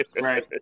Right